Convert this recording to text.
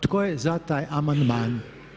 Tko je za taj amandman?